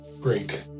Great